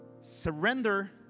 Surrender